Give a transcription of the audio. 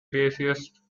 bassist